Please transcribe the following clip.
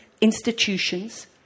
institutions